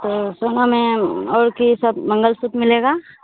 तो सोना में और क्या सब मंगलसूत्र मिलेगा